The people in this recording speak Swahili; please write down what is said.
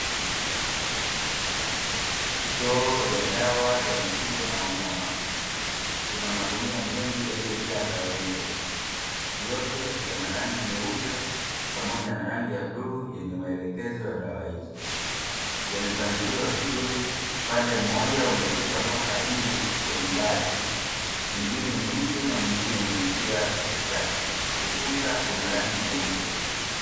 Stoo ya dawa za mifugo na wanyama, kuna magunia mengi yaliyojaa dawa hizo. Yote yana rangi nyeupe pamoja na bluu, yenye maelekezo ya dawa hizo. Yamepangiliwa vizuri, upande mmoja umefika mpaka juu kwenye bati, mwingine nusu na mwingine umeishia katikati. Ukuta una rangi nyeupe.